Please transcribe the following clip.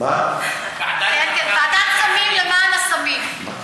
כן, כן, ועדת סמים למען הסמים.